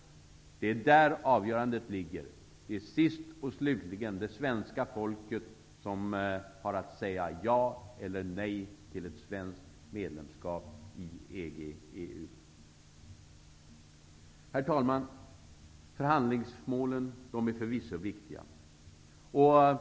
Det är där avgörandet ligger. Det är sist och slutligen det svenska folket som har att säga ja eller nej till svenskt medlemskap i EG/EU. Herr talman! Förhandlingsmålen är förvisso viktiga.